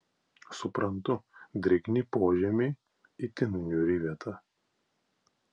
suprantu drėgni požemiai itin niūri vieta